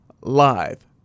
live